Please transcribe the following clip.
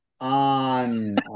on